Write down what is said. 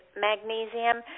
magnesium